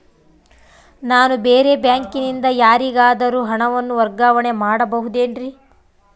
ನಾನು ಬೇರೆ ಬ್ಯಾಂಕಿನಿಂದ ಯಾರಿಗಾದರೂ ಹಣವನ್ನು ವರ್ಗಾವಣೆ ಮಾಡಬಹುದೇನ್ರಿ?